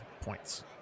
points